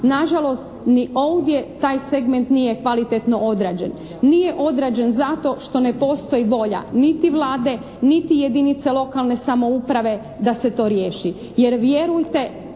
nažalost ni ovdje taj segment nije kvalitetno odrađen. Nije odrađen zato što ne postoji volja, niti Vlade niti jedinica lokalne samouprave da se to riješi, jer vjerujte